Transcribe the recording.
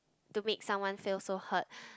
to make someone feel so hurt